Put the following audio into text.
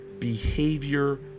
behavior